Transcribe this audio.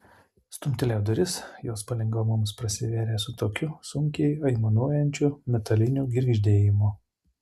stumtelėjau duris jos palengva mums prasivėrė su tokiu sunkiai aimanuojančiu metaliniu girgždėjimu